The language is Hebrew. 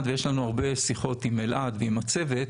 ויש לנו הרבה שיחות עם אלעד ועם הצוות.